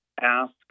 ask